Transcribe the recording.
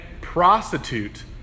prostitute